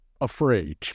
afraid